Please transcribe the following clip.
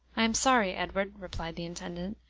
i am sorry, edward, replied the intendant,